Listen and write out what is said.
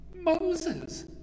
Moses